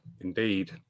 Indeed